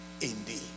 indeed